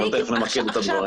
אבל תיכף נמקד את הדברים.